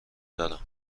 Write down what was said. دارم